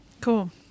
Cool